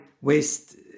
waste